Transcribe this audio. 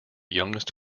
youngest